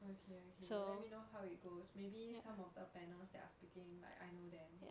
okay okay let me know how it goes maybe some of the panels that are speaking like I know them